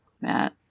Matt